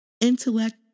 Intellect